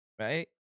right